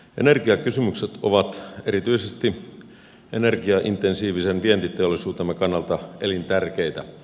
energiakysymykset ovat erityisesti energiaintensiivisen vientiteollisuutemme kannalta elintärkeitä